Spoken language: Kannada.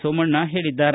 ಸೋಮಣ್ಣ ಹೇಳಿದ್ದಾರೆ